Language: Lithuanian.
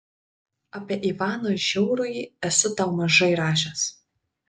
apie ivaną žiaurųjį esu tau mažai rašęs